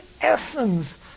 essence